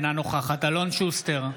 אינה נוכחת אלון שוסטר,